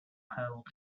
held